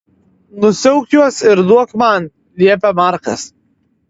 nusiauk juos ir duok man liepia markas